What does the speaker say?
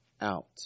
out